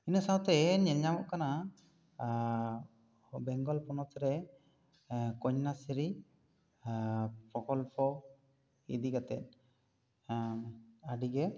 ᱤᱱᱟᱹ ᱥᱟᱶ ᱛᱮ ᱧᱮᱞ ᱧᱟᱢᱚᱜ ᱠᱟᱱᱟ ᱵᱮᱝᱜᱚᱞ ᱯᱚᱱᱚᱛ ᱨᱮ ᱠᱚᱱᱭᱟᱥᱨᱤ ᱯᱚᱠᱚᱞᱯᱚ ᱤᱫᱤ ᱠᱟᱛᱮ ᱟᱹᱰᱤ ᱜᱮ